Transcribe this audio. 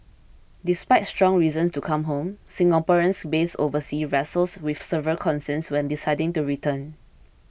despite strong reasons to come home Singaporeans based overseas wrestle with several concerns when deciding to return